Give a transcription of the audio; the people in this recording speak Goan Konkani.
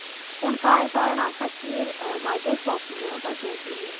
पूण कांय कारणां खातीर म्हजे स्वप्न तशेंच उरलें